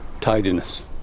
tidiness